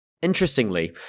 Interestingly